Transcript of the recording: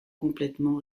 complètement